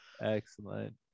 Excellent